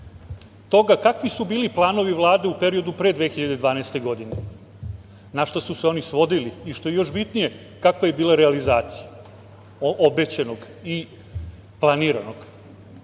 toga kakvi su bili planovi Vlade u periodu pre 2012. godine, na šta su se oni svodili i što je još bitnije, kakva je bila realizacija obećanog i planiranog. Video